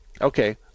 Okay